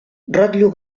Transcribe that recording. rotllo